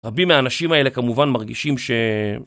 רבים מהאנשים האלה כמובן מרגישים ש...